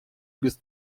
без